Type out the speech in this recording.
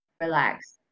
relax